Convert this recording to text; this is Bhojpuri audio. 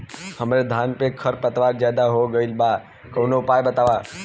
हमरे धान में खर पतवार ज्यादे हो गइल बा कवनो उपाय बतावा?